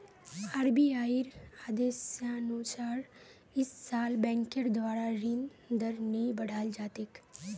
आरबीआईर आदेशानुसार इस साल बैंकेर द्वारा ऋण दर नी बढ़ाल जा तेक